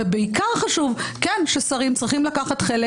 ובעיקר חשוב ששרים צריכים לקחת חלק.